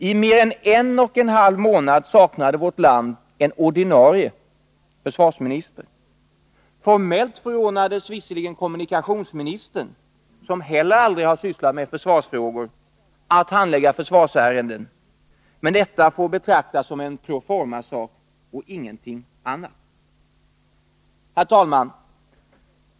I mer än en och en halv månad saknade vårt land en ordinarie försvarsminister. Formellt förordnades visserligen kommunikationsministern — som heller aldrig sysslat med försvarsfrågor — att handlägga försvarsärenden, men detta får betraktas som en pro forma-sak och inget annat. Herr talman!